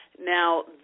Now